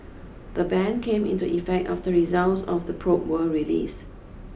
the ban came into effect after results of the probe were released